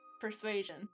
persuasion